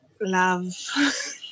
love